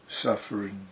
suffering